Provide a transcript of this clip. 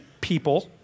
people